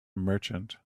merchant